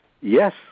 Yes